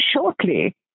shortly